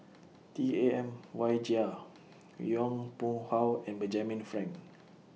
T A M Wai Jia Yong Pung How and Benjamin Frank